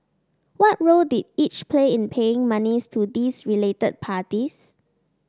what role did each play in paying monies to these related parties